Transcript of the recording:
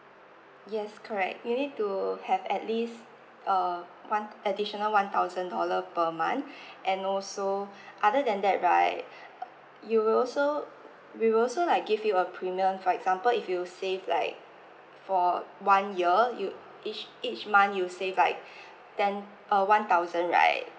yes correct you need to have at least uh one additional one thousand dollar per month and also other than that right you will also we will also like give you a premium for example if you save like for one year you each each month you save like ten uh one thousand right